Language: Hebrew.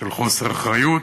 של חוסר אחריות.